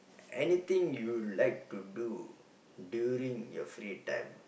anything you like to do during your free time